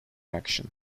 action